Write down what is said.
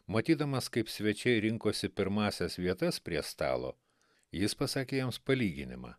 matydamas kaip svečiai rinkosi pirmąsias vietas prie stalo jis pasakė jiems palyginimą